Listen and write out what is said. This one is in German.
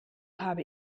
habe